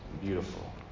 beautiful